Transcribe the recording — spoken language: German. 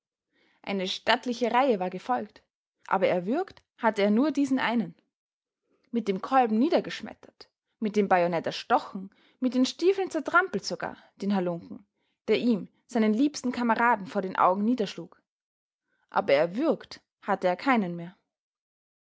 eine stattliche reihe war gefolgt aber erwürgt hatte er nur diesen einen mit dem kolben niedergeschmettert mit dem bajonett erstochen mit den stiefeln zertrampelt sogar den hallunken der ihm seinen liebsten kameraden vor den augen niederschlug aber erwürgt hatte er keinen mehr